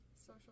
Social